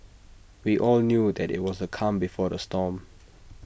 we all knew that IT was the calm before the storm